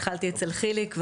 התחלתי אצל חיליק,